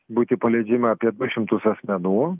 būti paleidžiami apie du šimtus asmenų